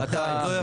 שירי, אתה מתקדם?